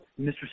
Mr